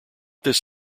this